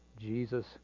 Jesus